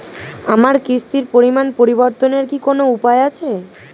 আমার কিস্তির পরিমাণ পরিবর্তনের কি কোনো উপায় আছে?